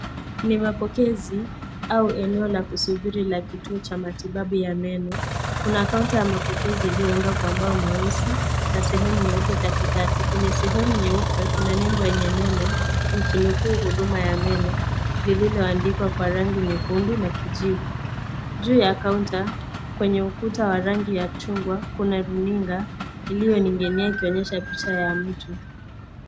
NI wapokezi au eneo la kusubiri la kituo cha matibabu ya meno kuna counter ya mapokezi iliyoundwa kwa mbao nyeusi na sehemu nyeupe katikati, kwenye sehemu nyeupe kuna nembo yenye neno kitu kuu huduma ya meno lililoandikwa kwa rangi nyekundu na kijivu, juu ya kaunta kwenye ukuta ya rangi ya chungwa kuna runinga iliyowekwa kuonyesha picha ya mtu.